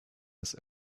his